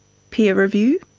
peer review?